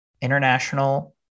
international